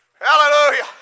Hallelujah